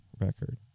record